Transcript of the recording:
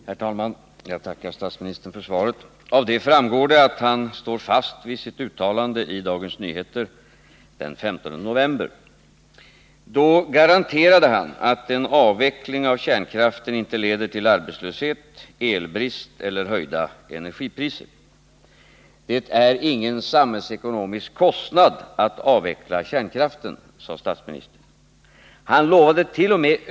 Herr talman! Jag tackar statsministern för svaret. Av det framgår att han står fast vid sitt uttalande i Dagens Nyheter den 15 november. Då garanterade han att en avveckling av kärnkraften ”leder inte till arbetslöshet, el-brist eller höjda energipriser”. — ”Det är ingen samhällsekonomisk kostnad att avveckla den svenska kärnkraften”, sammanfattade statsministern. Han lovadet.o.m.